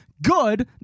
Good